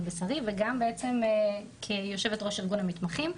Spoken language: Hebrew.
בשרי וגם בעצם כיושבת-ראש ארגון המתמחים.